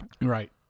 Right